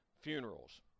funerals